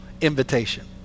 invitation